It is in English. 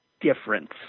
difference